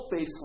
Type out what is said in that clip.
baseline